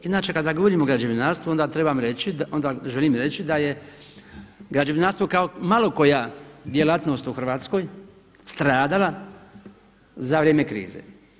Inače kada govorimo o građevinarstvu onda želim reći da je građevinarstvo kao malo koja djelatnost u Hrvatskoj stradala za vrijeme krize.